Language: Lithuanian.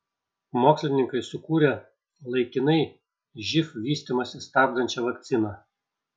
mokslininkai sukūrė laikinai živ vystymąsi stabdančią vakciną